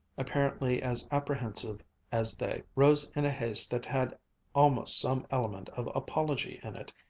apparently as apprehensive as they, rose in a haste that had almost some element of apology in it,